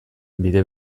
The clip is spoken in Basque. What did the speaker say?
bide